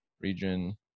region